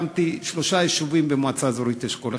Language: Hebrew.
הקמתי שלושה יישובים במועצה אזורית אשכול,